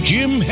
Jim